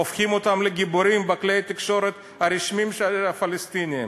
הופכים אותם לגיבורים בכלי התקשורת הרשמיים הפלסטיניים.